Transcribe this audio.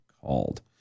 called